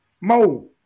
Mo